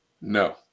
No